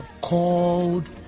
called